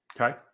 okay